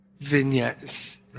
vignettes